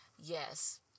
Yes